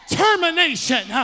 termination